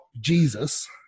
jesus